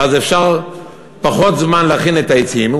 ואז אפשר בפחות זמן להכין את העצים,